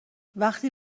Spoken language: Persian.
وقتی